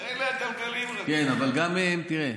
אלה הגלגלים, כן, אבל זה מתוחכם.